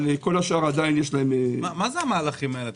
מה זה המהלכים האלה?